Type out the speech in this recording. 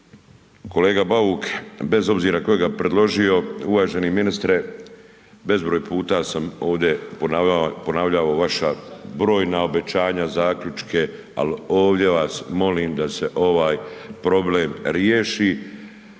kolega Bauk bez obzira tko je ga predložio uvaženi ministre bezbroj puta sam ovdje ponavljao vaša brojna obećanja, zaključke ali ovdje vas molim da se ovaj problem riješi.